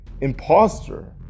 imposter